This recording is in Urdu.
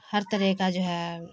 ہر طرح کا جو ہے